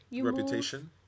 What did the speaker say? Reputation